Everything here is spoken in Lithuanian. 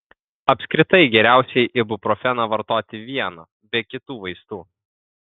apskritai geriausiai ibuprofeną vartoti vieną be kitų vaistų